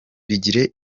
bigire